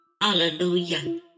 Hallelujah